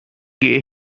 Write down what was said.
gay